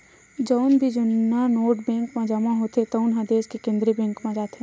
जउन भी जुन्ना नोट बेंक म जमा होथे तउन ह देस के केंद्रीय बेंक म जाथे